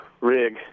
rig